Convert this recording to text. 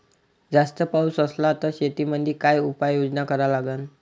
जास्त पाऊस असला त शेतीमंदी काय उपाययोजना करा लागन?